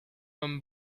homme